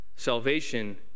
Salvation